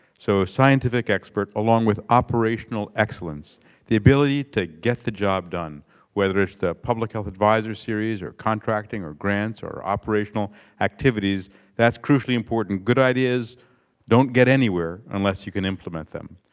so a scientific expert along with operational excellence the ability to get the job done whether it's the public health advisor series or contracting or grants or operational activities that's crucially important. good ideas don't get anywhere unless you can implement them.